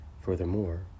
Furthermore